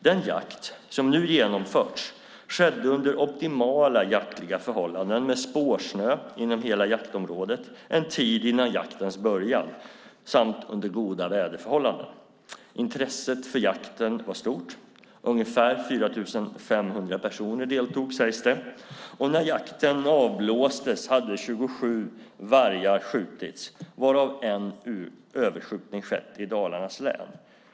Den jakt som nu genomförts skedde under optimala jaktliga förhållanden med spårsnö inom hela jaktområdet en tid innan jaktens början samt under goda väderförhållanden. Intresset för jakten var stort. Ungefär 4 500 personer deltog. När jakten avblåstes hade 27 vargar skjutits, varav en överskjutning i Dalarnas län.